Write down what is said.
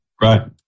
Right